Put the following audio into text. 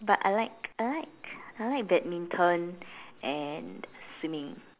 but I like I like I like badminton and swimming